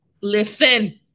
Listen